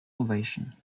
ovation